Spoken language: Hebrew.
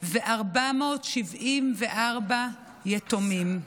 ו-474 יתומים.